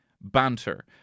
banter